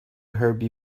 herbie